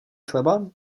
chleba